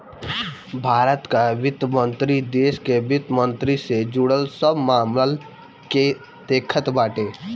भारत कअ वित्त मंत्रालय देस कअ वित्त से जुड़ल सब मामल के देखत बाटे